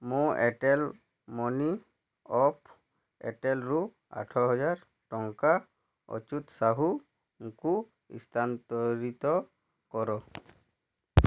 ମୋ Airtel money of ଏୟାର୍ଟେଲ୍ରୁ ଆଠହାଜର ଟଙ୍କା ଅଚ୍ୟୁତ ସାହୁଙ୍କୁ ସ୍ଥାନାନ୍ତରିତ କର